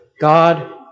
God